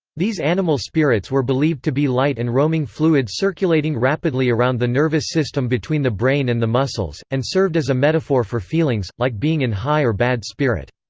these animal spirits were believed to be light and roaming fluids circulating rapidly around the nervous system between the brain and the muscles, and served as a metaphor for feelings, like being in high or bad spirit.